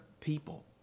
people